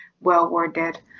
well-worded